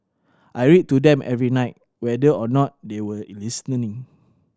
I read to them every night whether or not they were listening